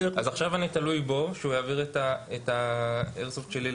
אז עכשיו אני תלוי בו שהוא יעביר את האיירסופט שלי לשם?